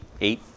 eight